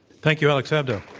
thank you, alex abdo.